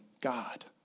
God